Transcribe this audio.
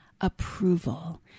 approval